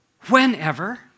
whenever